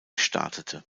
startete